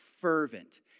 fervent